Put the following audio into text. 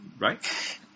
right